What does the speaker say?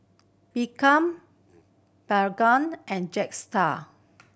and Jetstar